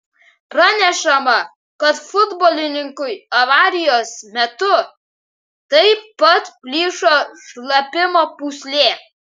pranešama kad futbolininkui avarijos metu taip pat plyšo šlapimo pūslė